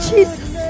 Jesus